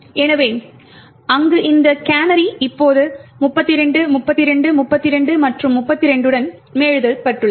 எனவே அங்கு இருந்த கேனரி இப்போது 32 32 32 மற்றும் 32 உடன் மேலெழுதப்பட்டுள்ளது